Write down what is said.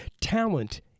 Talent